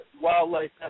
Wildlife